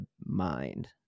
mind